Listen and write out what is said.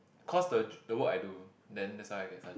cause the the work I do then that's why I get sergeant